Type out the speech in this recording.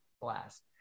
blast